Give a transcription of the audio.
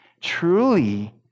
truly